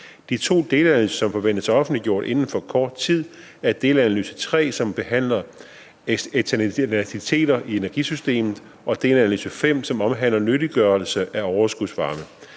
De to delanalyser, som forventes offentliggjort inden for kort tid, er delanalyse 3, som behandler eksternaliteter i energisystemet, og delanalyse 5, som omhandler nyttiggørelse af overskudsvarme.